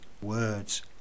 words